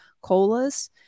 colas